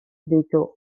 ditu